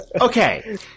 Okay